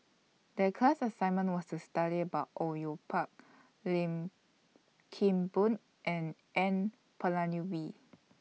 The class assignment was to study about Au Yue Pak Lim Kim Boon and N Palanivelu